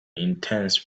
intense